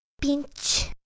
pinch